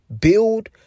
build